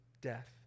death